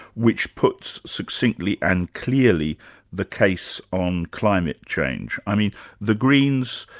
which puts succinctly and clearly the case on climate change. i mean the greens,